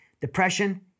depression